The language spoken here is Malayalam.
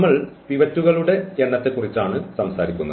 നമ്മൾ പിവറ്റുകളുടെ എണ്ണത്തെക്കുറിച്ചാണ് സംസാരിക്കുന്നത്